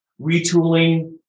retooling